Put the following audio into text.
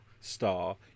star